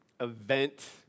event